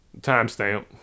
Timestamp